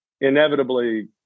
Inevitably